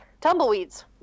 tumbleweeds